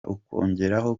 ukongeraho